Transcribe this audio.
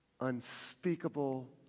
unspeakable